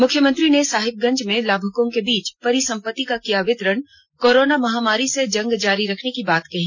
मुख्यमंत्री ने साहिबगंज में लाभुकों के बीच परिसंपत्तियों का किया वितरण कोरोना महामारी से जंग जारी रखने की बात कही